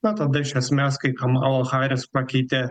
na tada iš esmės kai kamala haris pakeitė